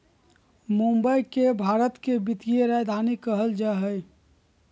मुंबई के भारत के वित्तीय राजधानी कहल जा हइ